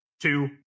two